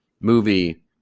movie